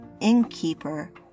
innkeeper